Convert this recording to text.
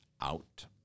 out